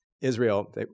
Israel